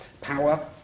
Power